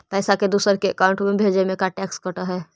पैसा के दूसरे के अकाउंट में भेजें में का टैक्स कट है?